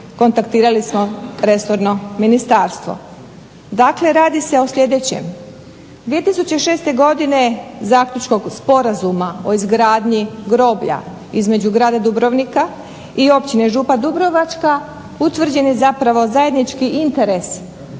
kontaktirali smo resorno ministarstvo. Dakle, radi se o sljedećem. 2006. godine zaključkog Sporazuma o izgradnji groblja između grada Dubrovnika i općine Župa Dubrovačka utvrđen je zapravo zajednički interes